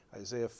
Isaiah